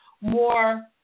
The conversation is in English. more